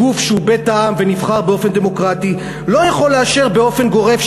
גוף שהוא בית העם ונבחר באופן דמוקרטי לא יכול לאשר באופן גורף,